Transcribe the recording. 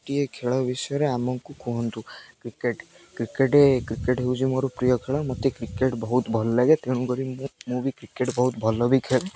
ଗୋଟିଏ ଖେଳ ବିଷୟରେ ଆମକୁ କୁହନ୍ତୁ କ୍ରିକେଟ୍ କ୍ରିକେଟ୍ କ୍ରିକେଟ୍ ହେଉଛି ମୋର ପ୍ରିୟ ଖେଳ ମତେ କ୍ରିକେଟ୍ ବହୁତ ଭଲ ଲାଗେ ତେଣୁକରି ମୁଁ ମୁଁ ବି କ୍ରିକେଟ୍ ବହୁତ ଭଲ ବି ଖେଳେ